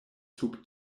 sub